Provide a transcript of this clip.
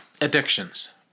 addictions